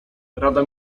rada